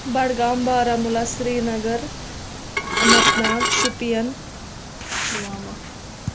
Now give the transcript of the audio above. Budgam Baramulla Srinagar Anant Nag Shopian Pulwama